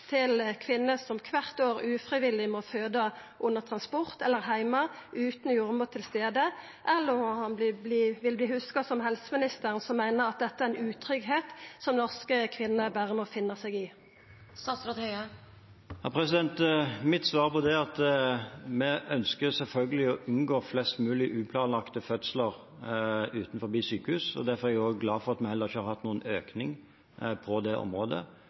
til kvinner som kvart år ufrivillig må føda under transport eller heime utan jordmor til stades, eller om han vil verta hugsa som helseministeren som meiner at dette er ein utryggleik som norske kvinner berre må finna seg i. Mitt svar på det er at vi selvfølgelig ønsker å unngå flest mulig ikke-planlagte fødsler utenfor sykehus. Derfor er jeg glad for at vi heller ikke har hatt noen økning på dette området.